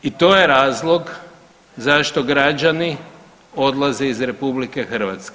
I to je razlog zašto građani odlaze iz RH.